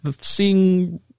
seeing